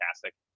fantastic